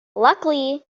luckily